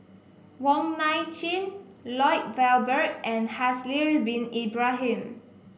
Wong Nai Chin Lloyd Valberg and Haslir Bin Ibrahim